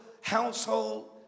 household